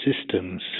systems